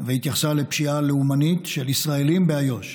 והתייחסה לפשיעה לאומנית של ישראלים באיו"ש.